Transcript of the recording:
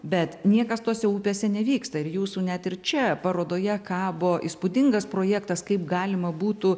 bet niekas tose upėse nevyksta ir jūsų net ir čia parodoje kabo įspūdingas projektas kaip galima būtų